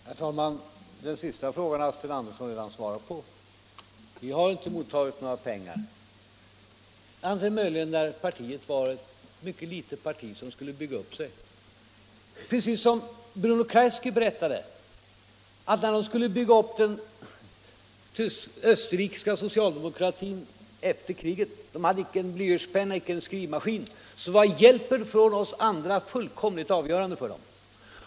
Herr talman! Den sista frågan har Sten Andersson redan besvarat. Vi har inte mottagit några pengar annat än möjligen när partiet var litet och skulle bygga upp sig. Bruno Kreisky har berättat att när man skulle bygga upp den österrikiska socialdemokratin efter kriget hade man inte en blyertspenna, inte en skrivmaskin, och att hjälpen från oss andra då var fullkomligt avgörande.